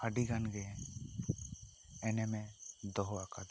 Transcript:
ᱟᱹᱰᱤ ᱜᱟᱱ ᱜᱮ ᱮᱱᱮᱢᱮ ᱫᱚᱦᱚ ᱟᱠᱟᱫᱟ